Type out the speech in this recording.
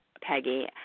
Peggy